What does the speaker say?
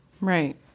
Right